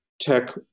tech